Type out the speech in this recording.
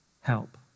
Help